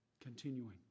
Continuing